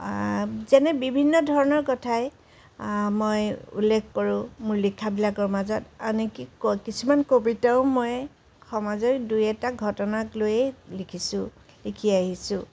যেনে বিভিন্ন ধৰণৰ কথাই মই উল্লেখ কৰোঁ মোৰ লিখাবিলাকৰ মাজত আনকি ক কিছুমান কবিতাও মই সমাজৰ দুই এটা ঘটনাক লৈয়ে লিখিছোঁ লিখি আহিছোঁ